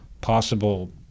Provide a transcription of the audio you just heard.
possible